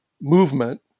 movement